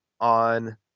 on